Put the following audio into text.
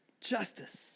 Justice